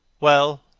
well,